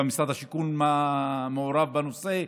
גם משרד השיכון מעורב בנושא,